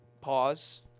Pause